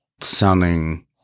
sounding